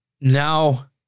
now